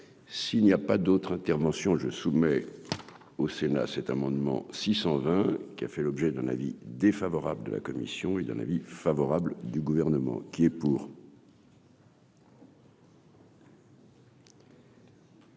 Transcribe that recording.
s'il n'y a pas d'autres interventions je soumets au Sénat cet amendement 620 qui a fait l'objet d'un avis défavorable de la commission est d'un avis favorable du gouvernement qui est pour.